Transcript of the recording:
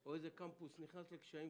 או איזה קמפוס נכנס לקשיים